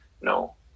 No